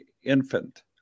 infant